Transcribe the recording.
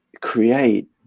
create